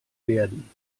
werden